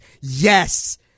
yes